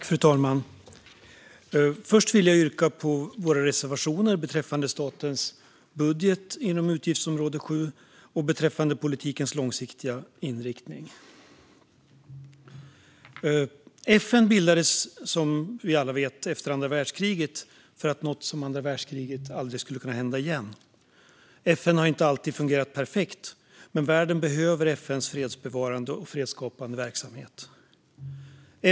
Fru talman! Först vill jag yrka bifall till våra reservationer beträffande statens budget inom utgiftsområde 7 och beträffande politikens långsiktiga inriktning. Som vi alla vet bildades FN efter andra världskriget för att något som andra världskriget aldrig skulle kunna hända igen. FN har inte alltid fungerat perfekt, men världen behöver FN:s fredsbevarande och fredsskapande verksamhet.